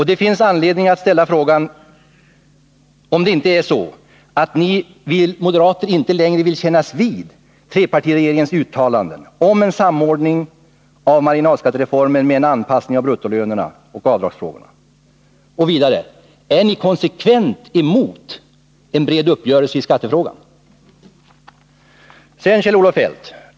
Det finns anledning att fråga om det inte är så att ni moderater inte längre vill kännas vid trepartiregeringens uttalanden om en samordning av marginalskattereformen med en anpassning av bruttolönerna och en lösning av avdragsfrågorna. Vidare: Är ni konsekvent emot en bred uppgörelse i skattefrågan? Sedan några ord till Kjell-Olof Feldt.